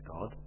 God